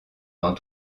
dans